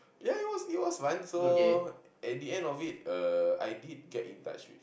ya it was it was fun so at the end of it I did get in touch with